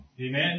Amen